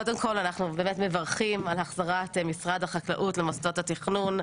קודם כל אנחנו מברכים על החזרת משרד החקלאות למוסדות התכנון,